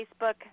Facebook